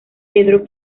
pedro